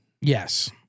Yes